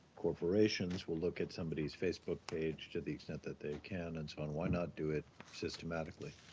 corporations will look at somebody's facebook page to the extent that they can and so on, why not do it systematically?